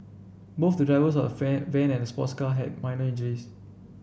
both the drivers of van and sports car had minor injuries